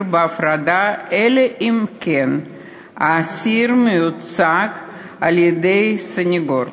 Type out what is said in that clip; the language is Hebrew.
בהפרדה אלא אם כן האסיר מיוצג על-ידי סנגור,